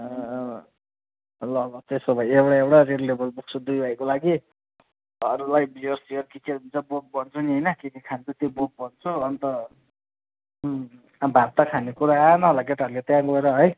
ल ल त्यसो भए एउटा एउटा रेड लेबल बोक्छु दुई भाइको लागि अरूलाई बियरसियर के के हुन्छ बोक भन्छु नि होइन के के खान्छ त्यो बोक भन्छु अन्त अँ भात त खाने कुरो आएन होला केटाहरूले त्यहाँ गएर है